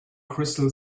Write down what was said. crystal